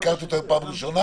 הכרתי אותו היום בפעם הראשונה,